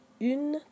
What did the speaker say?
une